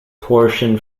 torsion